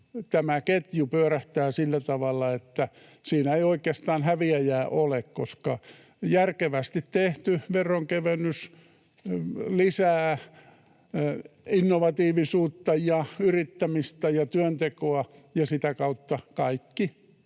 tämä ketju pyörähtää sillä tavalla, että siinä ei oikeastaan häviäjää ole, koska järkevästi tehty veronkevennys lisää innovatiivisuutta ja yrittämistä ja työntekoa, ja sitä kautta kaikissa